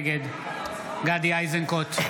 נגד גדי איזנקוט,